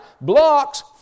blocks